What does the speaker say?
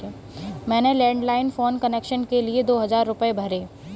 मैंने landline phone connection के लिए दो हजार रुपए भरे